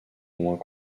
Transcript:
moins